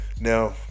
Now